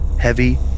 heavy